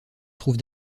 trouve